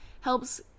helps